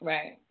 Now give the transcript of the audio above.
Right